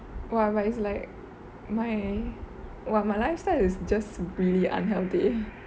!wah! but it's like my !wah! my lifestyle is just really unhealthy